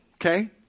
okay